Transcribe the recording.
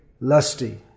lusty